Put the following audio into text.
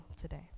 today